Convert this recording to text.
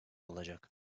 olacak